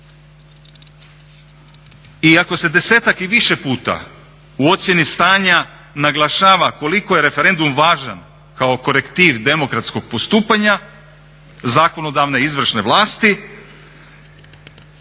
I ako se desetak i više puta u ocjeni stanja naglašava koliko je referendum važan kao korektiv demokratskog postupanja zakonodavne, izvršne vlasti